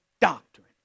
doctrine